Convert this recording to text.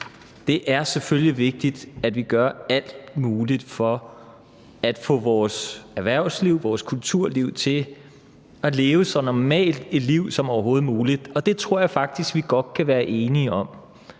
Det er selvfølgelig vigtigt, at vi gør alt muligt for at få vores erhvervsliv, vores kulturliv til at leve så normalt et liv som overhovedet muligt, og det tror jeg faktisk godt vi kan være enige om.